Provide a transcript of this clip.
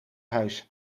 huis